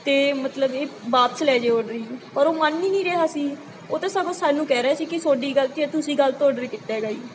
ਅਤੇ ਮਤਲਬ ਇਹ ਵਾਪਿਸ ਲੈ ਜੇ ਔਡਰ ਜੀ ਔਰ ਉਹ ਮੰਨ ਹੀ ਨਹੀਂ ਰਿਹਾ ਸੀ ਉਹ ਤਾਂ ਸਗੋਂ ਸਾਨੂੰ ਕਹਿ ਰਿਹਾ ਸੀ ਕਿ ਤੁਹਾਡੀ ਗਲਤੀ ਹੈ ਤੁਸੀਂ ਗਲਤ ਔਡਰ ਕੀਤਾ ਹੈਗਾ ਜੀ